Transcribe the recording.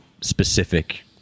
specific